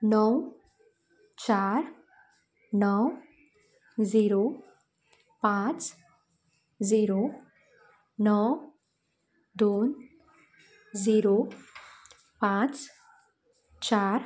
णव चार णव झिरो पांच झिरो णव दोन झिरो पांच चार